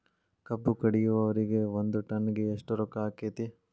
ಕಬ್ಬು ಕಡಿಯುವರಿಗೆ ಒಂದ್ ಟನ್ ಗೆ ಎಷ್ಟ್ ರೊಕ್ಕ ಆಕ್ಕೆತಿ?